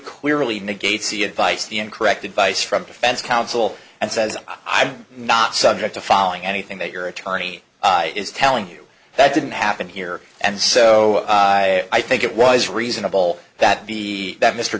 clearly negates the advice the incorrect advice from defense counsel and says i'm not subject to following anything that your attorney is telling you that didn't happen here and so i think it was reasonable that the that mr